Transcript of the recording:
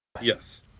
yes